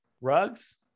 rugs